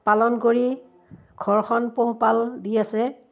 পালন কৰি ঘৰখন পোহপাল দি আছে